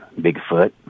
Bigfoot